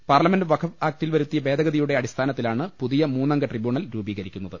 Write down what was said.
parliament വഖഫ് ആക്ടിൽ വരുത്തിയ ഭേദ്രഗ്തിയുടെ അടി സ്ഥാനത്തിലാണ് പുതിയ മൂന്നംഗ ട്രിബ്യൂണ്ൽ രൂപീകരിക്കുന്ന ത്